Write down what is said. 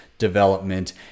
development